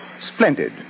Splendid